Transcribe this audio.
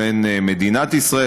בין מדינת ישראל,